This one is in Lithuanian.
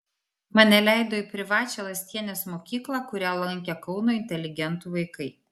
mane leido į privačią lastienės mokyklą kurią lankė kauno inteligentų vaikai